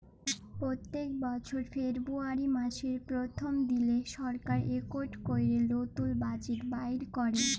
প্যত্তেক বছর ফেরবুয়ারি ম্যাসের পরথম দিলে সরকার ইকট ক্যরে লতুল বাজেট বাইর ক্যরে